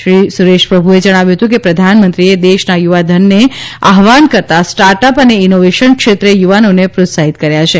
શ્રી સુરેશ પ્રભુએ જણાવ્યું હતું કે પ્રધાનમંત્રીએ દેશના યુવાધનને આહવાન કરતા સ્ટાર્ટ અપ અને ઇનોવેશન ક્ષેત્રે યુવાનોને પ્રોત્સાહિત કર્યા છે